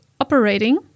operating